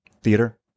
theater